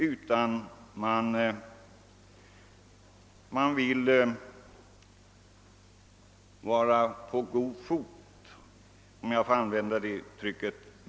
Där vill man stå på god fot med varandra — om jag får använda det uttrycket.